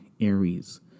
Aries